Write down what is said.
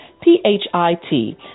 P-H-I-T